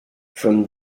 from